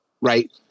right